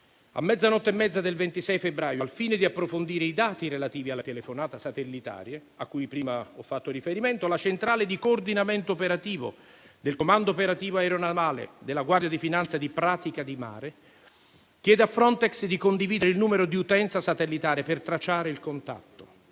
A mezzanotte e mezza del 26 febbraio, al fine di approfondire i dati relativi alla telefonata satellitare a cui prima ho fatto riferimento, la centrale di coordinamento operativo del comando operativo aeronavale della Guardia di finanza di Pratica di Mare chiede a Frontex di condividere il numero di utenza satellitare per tracciare il contatto;